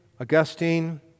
Augustine